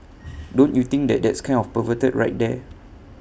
don't you think that that's kind of perverted right there